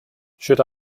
should